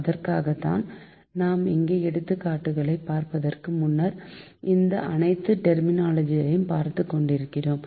அதற்குத்தான் நாம் இங்கே எடுத்துக்காட்டுகளை பார்ப்பதற்கு முன்னர் இந்த அனைத்து டெர்மினாலஜிகளையும் பார்த்துக்கொண்டிருக்கிறோம்